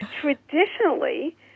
traditionally